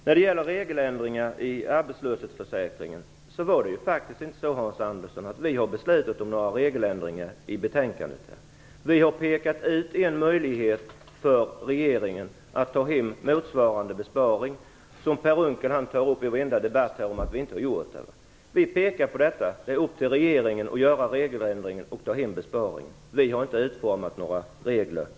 Vi har faktiskt inte beslutat om några regeländringar vad gäller arbetslöshetsförsäkringen i betänkandet, Hans Andersson. Vi har pekat ut en möjlighet för regeringen att ta hem motsvarande besparing. Per Unckel säger i varenda debatt att vi inte har gjort det. Vi pekar på detta. Det är upp till regeringen att göra regeländringen och ta hem besparingen. Arbetsmarknadsutskottet har inte utformat några regler.